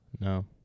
No